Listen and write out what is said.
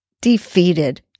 defeated